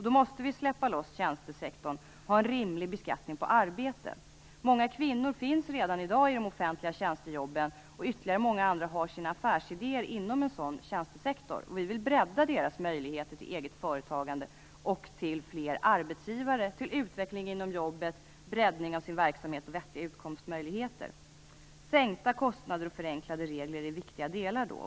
Då måste vi släppa loss tjänstesektorn och ha en rimlig beskattning på arbete. Många kvinnor finns redan i dag i de offentliga tjänstejobben. Ytterligare många andra har sin affärsidé inom en sådan tjänstesektor. Vi vill bredda deras möjligheter till eget företagande, till fler arbetsgivare, till utveckling inom jobbet, och åstadskomma breddning av deras verksamhet och vettiga utkomstmöjligheter. Sänkta kostnader och förenklade regler är då viktiga delar.